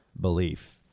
belief